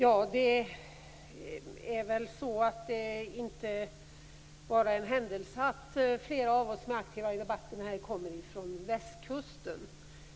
Herr talman! Det är väl inte bara en händelse att flera av oss som är aktiva i debatten kommer från västkusten.